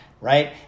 right